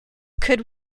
could